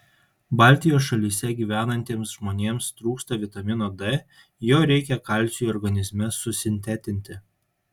baltijos šalyse gyvenantiems žmonėms trūksta vitamino d jo reikia kalciui organizme susintetinti